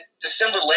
December